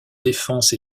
défenses